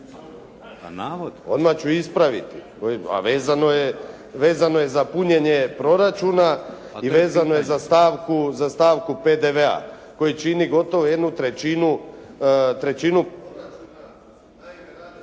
Pa navod./… Odmah ću ispraviti, a vezano je za punjenje proračuna i vezano je za stavku PDV-a koji čini gotovo 1/3. Naime,